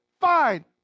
Fine